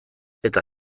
eta